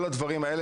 כל הדברים האלה,